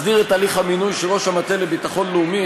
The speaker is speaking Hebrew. מסדיר את הליך המינוי של ראש המטה לביטחון לאומי,